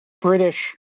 British